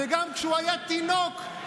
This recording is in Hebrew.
וגם כשהיה תינוק,